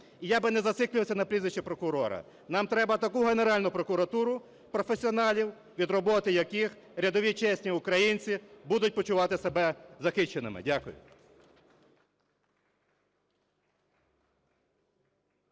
І я би не зациклювався на прізвищі прокурора. Нам треба таку Генеральну прокуратуру професіоналів, від роботи яких рядові чесні українці будуть почувати себе захищеними. Дякую.